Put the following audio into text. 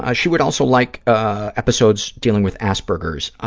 ah she would also like ah episodes dealing with asperger's.